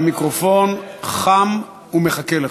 המיקרופון חם ומחכה לך.